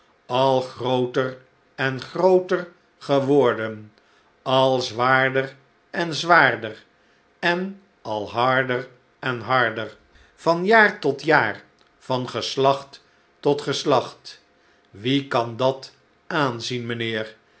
al grooter en grooter geworden alzwaarder en zwaarder en al harder en harder van jaar tot jaar van geslacht tot geslacht wie kan dat aanzien mijnheer